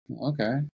Okay